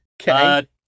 Okay